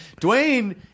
Dwayne